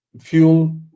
fuel